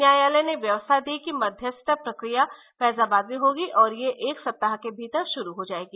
न्यायालय ने व्यवस्था दी कि मध्यस्थता प्रक्रिया फैजाबाद में होगी और यह एक सप्ताह के भीतर शुरू हो जाएगी